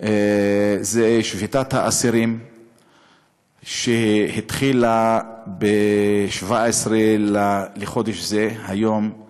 שביתת האסירים שהתחילה ב-17 בחודש זה, היום הוא